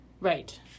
Right